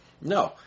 No